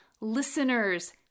listeners